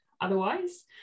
otherwise